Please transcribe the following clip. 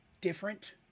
different